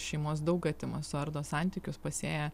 šeimos daug atima suardo santykius pasėja